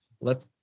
let